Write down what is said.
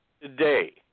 today